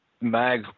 Mag